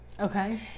Okay